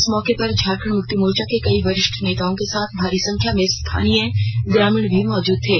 इस मौके पर झारखंड मुक्ति मोर्चा के कई वरिष्ठ नेताओं के साथ भारी संख्या में स्थानीय ग्रामीण भी मौजूद थे